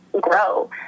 grow